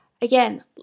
Again